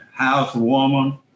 housewoman